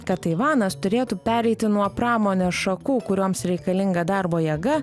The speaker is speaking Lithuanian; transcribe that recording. kad taivanas turėtų pereiti nuo pramonės šakų kurioms reikalinga darbo jėga